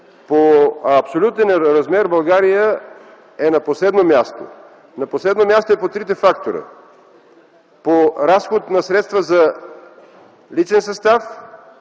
По абсолютен размер България е на последно място. На последно място е по трите фактора – по разход на средства за личен състав,